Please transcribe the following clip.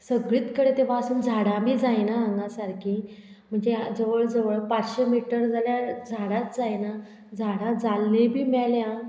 सगळीत कडे ते वाचून झाडां बी जायना हांगा सारकी म्हणजे जवळ जवळ पांचशे मिटर जाल्यार झाडांच जायना झाडां जाल्ली बी मेल्या